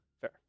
Fair